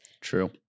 True